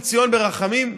לציון ברחמים?